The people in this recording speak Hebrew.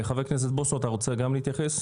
חבר הכנת בוסו, אתה רוצה להתייחס?